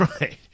Right